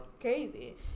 Crazy